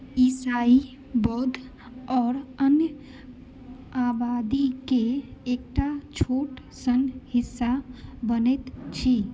ईसाई बौद्ध आ अन्य आबादीके एकटा छोट सन हिस्सा बनैत छी